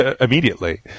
immediately